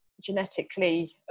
genetically